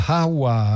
Hawa